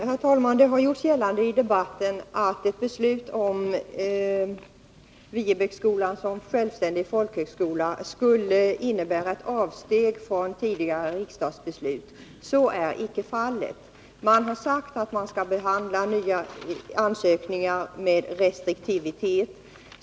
Herr talman! Det har gjorts gällande i debatten att ett beslut om Viebäcksskolan som självständig folkhögskola skulle innebära ett avsteg från tidigare riksdagsbeslut. Så är icke fallet. Man har sagt att nya ansökningar skall behandlas med restriktivitet.